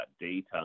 data